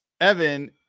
Evan